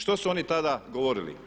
Što su oni tada govorili?